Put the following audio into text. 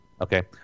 Okay